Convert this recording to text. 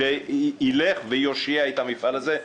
שילך ויושיע את המפעל הזה.